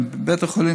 מבית החולים,